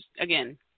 again